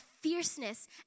fierceness